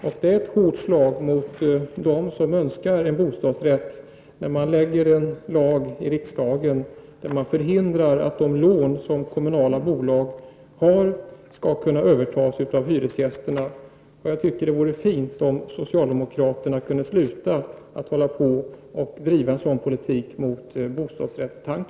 Det innebär ett hårt slag mot dem som önskar en bostadsrätt när regeringen föreslår en lagändring som skall förhindra att de lån som kommunala bolag har skall kunna övertas av hyresgästerna. Jag tycker att det vore fint om socialdemokraterna kunde sluta med att driva en sådan politik.